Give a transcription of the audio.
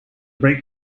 brake